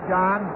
John